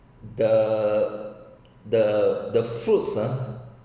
the the the fruits ah